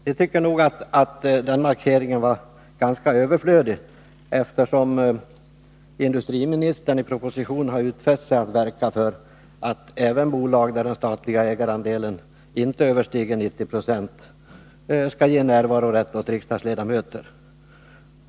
Vi tycker att denna markering var ganska överflödig, eftersom industriministern i proposition utfäst sig att verka för att även bolag där den statliga ägarandelen inte överstiger 90 96 skall ge närvarorätt åt riksdagsledamöter.